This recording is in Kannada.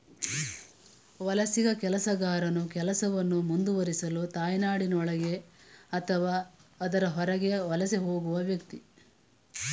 ವಲಸಿಗ ಕೆಲಸಗಾರನು ಕೆಲಸವನ್ನು ಮುಂದುವರಿಸಲು ತಾಯ್ನಾಡಿನೊಳಗೆ ಅಥವಾ ಅದರ ಹೊರಗೆ ವಲಸೆ ಹೋಗುವ ವ್ಯಕ್ತಿ